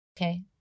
okay